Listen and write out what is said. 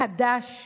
חדש,